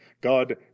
God